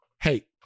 Hey